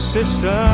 sister